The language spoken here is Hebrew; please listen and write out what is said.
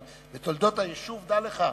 אבל בתולדות היישוב, דע לך,